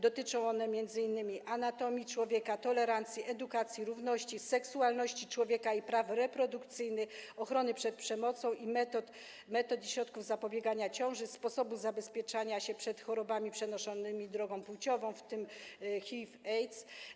Dotyczą one m.in. anatomii człowieka, tolerancji, edukacji, równości, seksualności człowieka i praw reprodukcyjnych, ochrony przed przemocą, metod i środków zapobiegania ciąży, sposobów zabezpieczania się przed chorobami przenoszonymi drogą płciową, w tym HIV i AIDS.